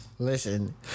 Listen